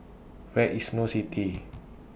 Where IS Snow City